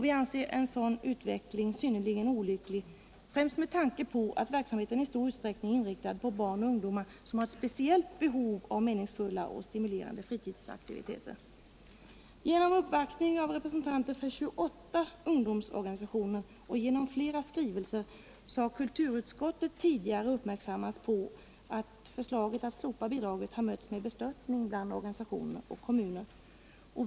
Vi anser en sådan utveckling synnerligen olycklig, främst med tanke på att verksamheten i stor utsträckning är inriktad på barn och ungdomar som har ett speciellt behov av meningsfulla och stimulerande fritidsaktiviteter. Genom uppvaktning av representanter för 28 ungdomsorganisationer och genom flera skrivelser har kulturutskottet tidigare uppmärksammats på att förslaget att slopa bidraget mötts med bestörtning bland organisationer och kommuner.